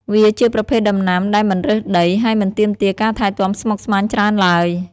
វាជាប្រភេទដំណាំដែលមិនរើសដី ហើយមិនទាមទារការថែទាំស្មុគស្មាញច្រើនឡើយ។